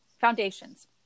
foundations